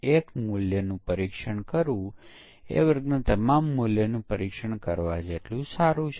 એ બંને વચ્ચે વચ્ચેના મુખ્ય તફાવત શું છે